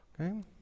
Okay